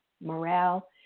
morale